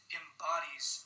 embodies